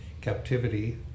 captivity